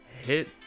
hit